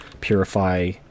purify